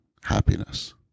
happiness